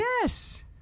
Yes